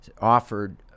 offered